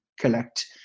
collect